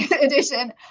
edition